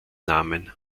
namen